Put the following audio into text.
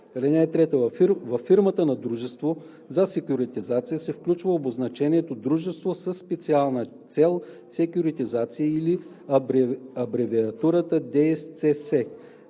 Във фирмата на дружество за секюритизация се включва обозначението „дружество със специална цел –секюритизация“ или абревиатурата „ДСЦС“.